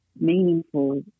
meaningful